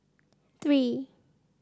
three